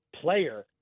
player